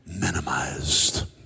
minimized